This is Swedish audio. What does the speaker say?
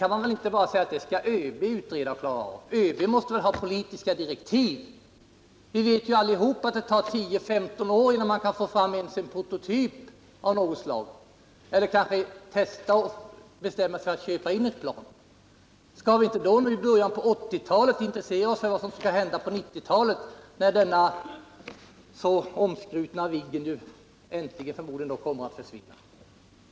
Man kan naturligtvis inte bara säga att ÖB skall utreda denna fråga. ÖB måste väl ha politiska direktiv. Vi vet allesammans att det tar 10-15 år innan man kan få fram ens en prototyp av något slag eller innan man kan testa och bestämma sig för att köpa ett plan. Bör vi inte då i början på 1980-talet diskutera vad som skall hända på 1990-talet, då denna så omskrutna Viggen förmodligen äntligen kommer att försvinna?